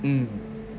mm